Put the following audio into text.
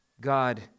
God